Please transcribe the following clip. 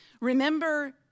Remember